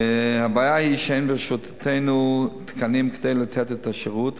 הבעיה היא שאין ברשותנו תקנים כדי לתת את השירות,